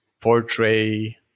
portray